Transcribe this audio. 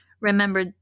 remember